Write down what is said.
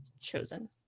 chosen